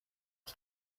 ich